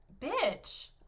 Bitch